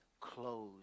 clothes